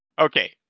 Okay